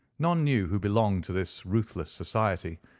none knew who belonged to this ruthless society.